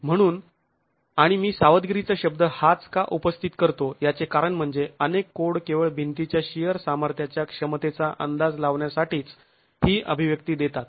म्हणून आणि मी सावधगिरीचा शब्द हाच का उपस्थित करतो याचे कारण म्हणजे अनेक कोड केवळ भिंतीच्या शिअर सामर्थ्याच्या क्षमतेचा अंदाज लावण्यासाठीच ही अभिव्यक्ती देतात